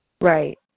Right